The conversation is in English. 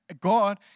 God